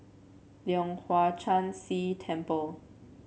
Leong Hwa Chan Si Temple